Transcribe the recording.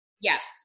Yes